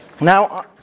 Now